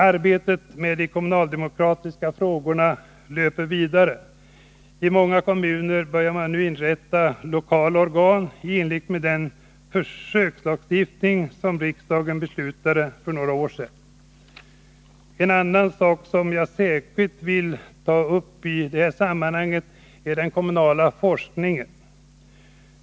Arbetet med de kommunaldemokratiska frågorna löper vidare. I många kommuner börjar man nu inrätta lokala organ i enlighet med den försökslagstiftning som riksdagen beslutade för några år sedan. En annan sak som jag särskilt vill ta upp i det här sammanhanget är den kommunala forskningen.